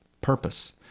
purpose